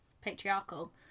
patriarchal